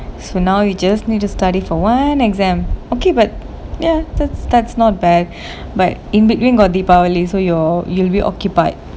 so now you just need to study for one exam okay but ya that's that's not bad but in between got deepavali so you're you'll be occupied